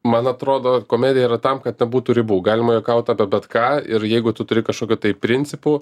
man atrodo komedija yra tam kad nebūtų ribų galima juokaut apie bet ką ir jeigu tu turi kažkokių tai principų